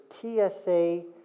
TSA